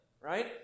right